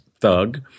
thug